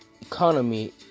economy